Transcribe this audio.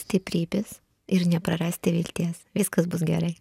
stiprybės ir neprarasti vilties viskas bus gerai